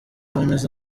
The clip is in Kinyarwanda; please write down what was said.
bameze